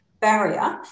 barrier